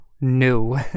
no